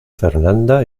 fernanda